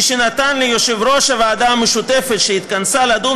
משנתן לי יושב-ראש הוועדה המשותפת שהתכנסה לדון